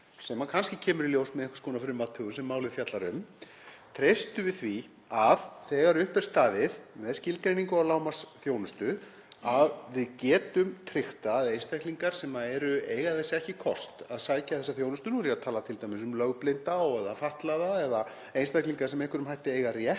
sem kannski kemur í ljós með einhvers konar frumathugun sem málið fjallar um, að þegar upp er staðið með skilgreiningu á lágmarksþjónustu getum við tryggt að einstaklingar sem eiga þess ekki kost að sækja þessa þjónustu — nú er ég að tala t.d. um lögblinda og/eða fatlaða eða einstaklinga sem með einhverjum hætti eiga rétt